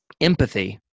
empathy